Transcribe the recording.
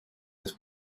his